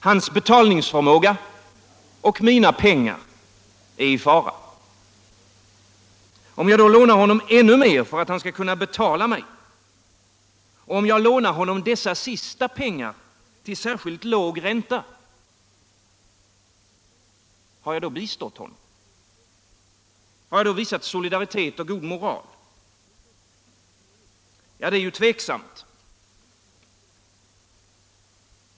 Hans betalningsförmåga och mina pengar är i fara. Om jag då lånar honom ännu mer för att han skall kunna betala mig, och om jag lånar honom dessa pengar till särskilt låg ränta — har jag då bistått honom? Har jag då visat solidaritet och god moral?